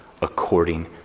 according